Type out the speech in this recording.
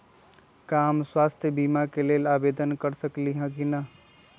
का हम स्वास्थ्य बीमा के लेल आवेदन कर सकली ह की न?